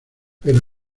pero